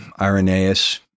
Irenaeus